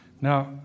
Now